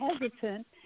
hesitant